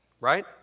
right